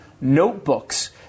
notebooks